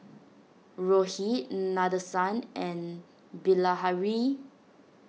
Rohit Nadesan and Bilahari